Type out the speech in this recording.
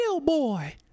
boy